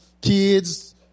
kids